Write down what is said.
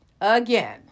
Again